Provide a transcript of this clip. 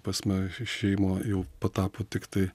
pasme išėjimo jau patapo tiktai